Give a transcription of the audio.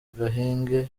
gahenge